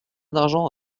d’argent